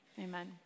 Amen